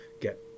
get